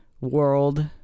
world